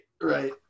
right